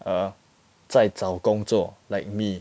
err 在找工作 like me